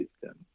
system